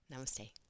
Namaste